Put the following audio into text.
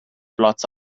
blots